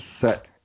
set